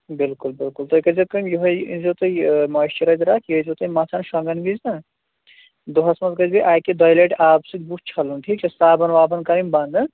بِلکُل بِلکُل تُہۍ کٔرۍ زیٚو کٲم یِہے أنۍ زیو تُہۍ مۄیِسچٔر اَکھ یہِ ٲسۍ زیٚو تُہۍ مَتھان شۄنٛگن وِزِ نا دۄہَس منٛز گژھِ بیٚیہِ اَکہِ دۄیہِ لَٹہِ آبہٕ سۭتۍ بُتھ چھَلُن ٹھیٖک چھا صابَن وابَن کَرٕنۍ بنٛد ہاں